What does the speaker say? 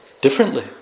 differently